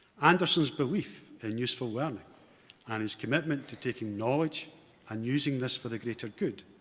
anderson's belief and useful learning and his commitment to taking knowledge and using this for the greater good,